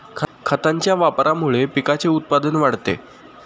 खतांच्या वापरामुळे पिकाचे उत्पादन वाढते